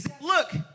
Look